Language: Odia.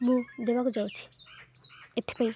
ମୁଁ ଦେବାକୁ ଯାଉଛି ଏଥିପାଇଁ